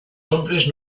hombres